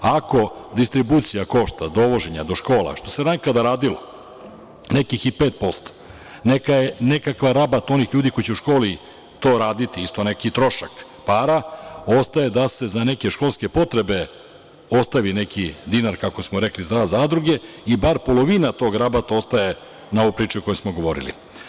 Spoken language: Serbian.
Ako distribucija košta dovoženja do škola, što se nekada radilo, nekih i 5%, neka je nekakav rabat onih ljudi koji će u školi to raditi isto neki trošak para, ostaje da se za neke školske potrebe ostavi neki dinar, kako smo rekli, za zadruge i bar polovina tog rabata ostaje na ovu priču o kojoj smo govorili.